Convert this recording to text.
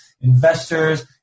investors